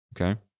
Okay